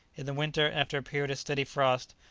in the winter, after a period of steady frost,